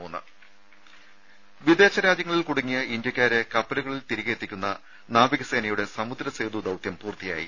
ദ്ദേ വിദേശ രാജ്യങ്ങളിൽ കുടുങ്ങിയ ഇന്ത്യക്കാരെ കപ്പലുകളിൽ തിരികെ എത്തിക്കുന്ന നാവികസേനയുടെ സമുദ്രസേതു ദൌത്യം പൂർത്തിയായി